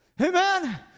Amen